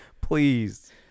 please